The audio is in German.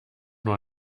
nur